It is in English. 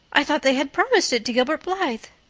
i thought they had promised it to gilbert blythe!